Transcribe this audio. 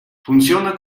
funciona